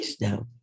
now